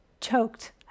choked